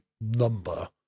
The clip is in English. number